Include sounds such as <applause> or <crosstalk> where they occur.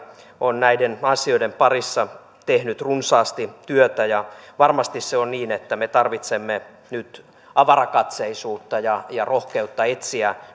on näiden asioiden parissa tehnyt runsaasti työtä varmasti on niin että me tarvitsemme nyt avarakatseisuutta ja ja rohkeutta etsiä <unintelligible>